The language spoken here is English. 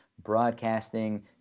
Broadcasting